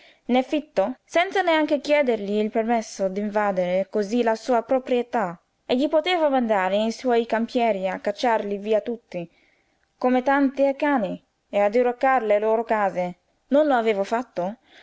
né fitto senza neanche chiedergli il permesso d'invadere cosí la sua proprietà egli poteva mandare i suoi campieri a cacciarli via tutti come tanti cani e a diroccar le loro case non lo aveva fatto